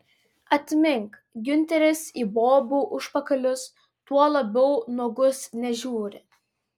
atmink giunteris į bobų užpakalius tuo labiau nuogus nežiūri